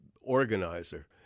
organizer